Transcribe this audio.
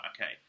okay